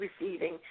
receiving